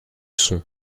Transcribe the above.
son